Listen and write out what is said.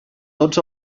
tots